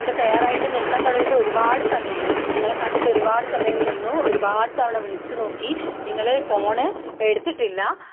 ഇവിടെ തയ്യാറായിട്ട് നിൽക്കാൻ തുടങ്ങിയിട്ട് ഒരുപാട് സമയമായി നിങ്ങളെ കാത്തിട്ട് ഒരുപാട് സമയം നിന്നു ഒരുപാട് തവണ വിളിച്ചു നോക്കി നിങ്ങൾ ഫോൺ എടുത്തിട്ടില്ല